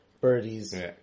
birdies